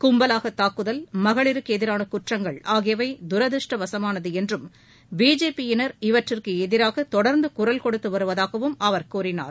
கும்பலாக தாக்குதல் மகளிருக்கு எதிரான குற்றங்கள் ஆகியவை தரதிர்ஷடவசமானது என்றும் பிஜேபியினர் இவற்றுக்கு எதிராக தொடர்ந்து குரல் கொடுத்து வருவதாகவும் அவர் கூறினார்